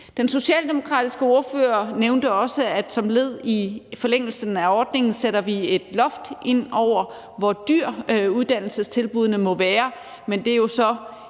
Den socialdemokratiske ordfører nævnte også, at vi som led i forlængelse af ordningen sætter et loft over, hvor dyre uddannelsestilbuddene må være,